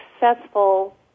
successful